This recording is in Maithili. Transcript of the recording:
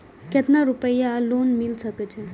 केतना रूपया लोन मिल सके छै?